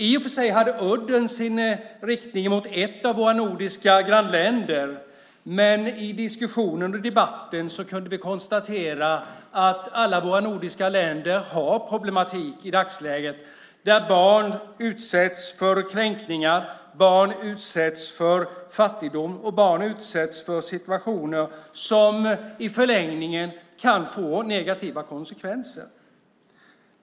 I och för sig hade udden sin riktning mot ett av våra nordiska grannländer, men i diskussionen och debatten kunde vi konstatera att alla våra nordiska länder har problematik i dagsläget. Barn utsätts för kränkningar. Barn utsätts för fattigdom, och barn utsätts för situationer som i förlängningen kan få negativa konsekvenser.